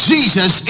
Jesus